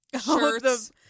shirts